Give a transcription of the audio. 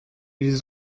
ils